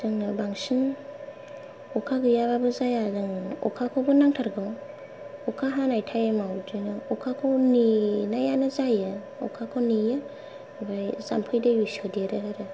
जोंनाव बांसिन अखा गैयाबाबो जाया आरो अखाखौबो नांथारगौ अखा हानाय टाइमाव बिदिनो अखाखौ नेनायानो जायो अखाखौ नेयो आमफ्राय जाम्फै दैबो सोदेरो आरो